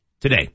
Today